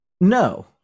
No